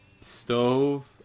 stove